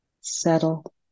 Settle